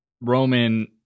Roman